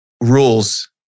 rules